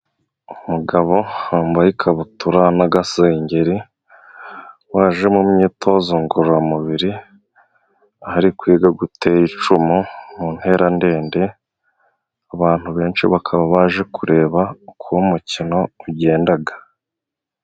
Umugabo wambaye ikabutura n'agasengeri, waje mu myitozo ngororamubiri, aho ari kwiga gutera icumu mu ntera ndende, abantu benshi bakaba baje kureba, uko uwo mukino ugenda.